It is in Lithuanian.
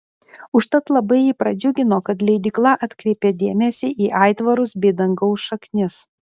užtat labai jį pradžiugino kad leidykla atkreipė dėmesį į aitvarus bei dangaus šaknis